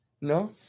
No